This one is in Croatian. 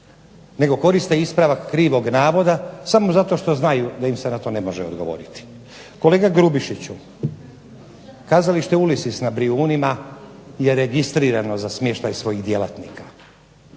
nego koriste ispravak krivog navoda samo zato što znaju da im se na to ne može odgovoriti. Kolega Grubišiću, Kazalište Ulysses na Brijunima je registrirano za smještaj svojih djelatnika